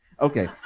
Okay